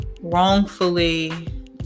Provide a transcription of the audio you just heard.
wrongfully